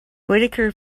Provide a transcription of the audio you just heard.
whitaker